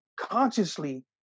consciously